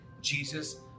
Jesus